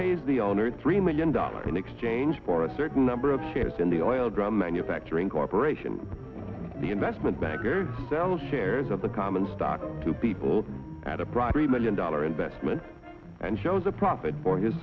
pays the owner three million dollars in exchange for a certain number of shares in the oil drum manufacturing corporation the investment banker who sell shares of the common stock to people at a primary million dollar investment and shows a profit for his